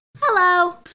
Hello